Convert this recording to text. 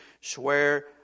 swear